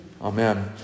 Amen